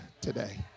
today